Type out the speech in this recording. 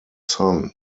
son